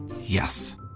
Yes